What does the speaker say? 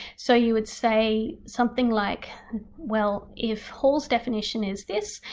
so you would say something like well if hall's definition is this,